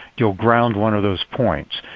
you'll ground one of those points.